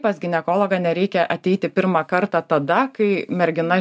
pas ginekologą nereikia ateiti pirmą kartą tada kai mergina